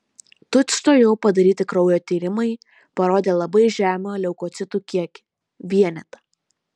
tučtuojau padaryti kraujo tyrimai parodė labai žemą leukocitų kiekį vienetą